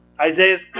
Isaiah's